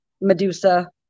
Medusa